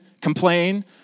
Complain